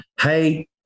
hey